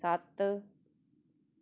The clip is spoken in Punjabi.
ਸੱਤ